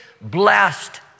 blessed